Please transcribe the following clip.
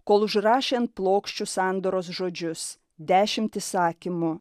kol užrašė ant plokščių sandoros žodžius dešimt įsakymų